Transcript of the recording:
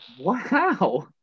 Wow